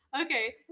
Okay